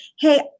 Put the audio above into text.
hey